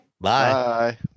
Bye